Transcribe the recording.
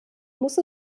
muss